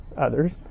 others